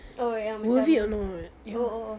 oh ya macam oh oh oh